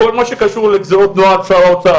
כל מה שקשור לגזירות נוהל שר האוצר,